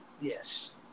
Yes